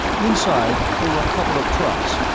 inside there were a couple of trucks,